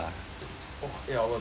!wah! eight hours ah